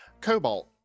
cobalt